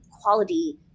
quality